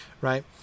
right